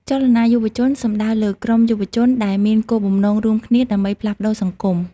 ចលនាយុវជនសំដៅលើក្រុមយុវជនដែលមានគោលបំណងរួមគ្នាដើម្បីផ្លាស់ប្ដូរសង្គម។